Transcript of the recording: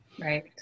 Right